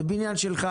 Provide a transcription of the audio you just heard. זה בניין שלך.